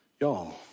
y'all